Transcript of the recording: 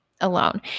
alone